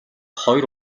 хоёр